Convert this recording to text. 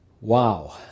Wow